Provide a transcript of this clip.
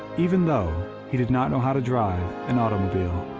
even though he did not know how to drive an automobile.